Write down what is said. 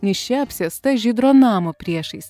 niši apsėsta žydro namo priešais